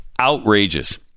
outrageous